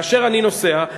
כאשר אני נוסע,